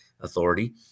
Authority